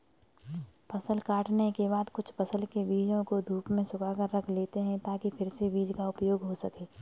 फसल काटने के बाद कुछ फसल के बीजों को धूप में सुखाकर रख लेते हैं ताकि फिर से बीज का उपयोग हो सकें